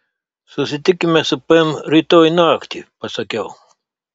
susitikime su pem rytoj naktį pasakiau